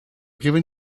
given